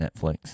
Netflix